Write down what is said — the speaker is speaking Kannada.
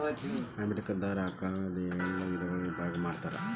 ಅಮೇರಿಕಾ ದಾರ ಆಕಳುಗಳನ್ನ ಏಳ ವಿಧದೊಳಗ ವಿಭಾಗಾ ಮಾಡ್ಯಾರ